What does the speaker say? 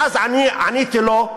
ואז אני עניתי לו,